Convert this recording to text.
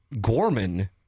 Gorman